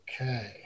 Okay